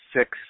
six